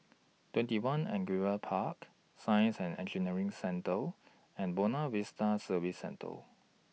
twenty one Angullia Park Science and Engineering Centre and Buona Vista Service Centre